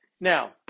Now